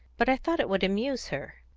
but i thought it would amuse her.